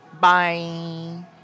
Bye